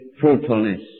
fruitfulness